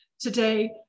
today